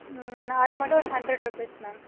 அது மட்டும் ஒரு ஹன்ட்ரெட் ருபீஸ் மேம்